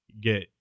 get